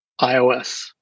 iOS